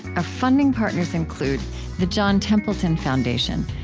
our funding partners include the john templeton foundation.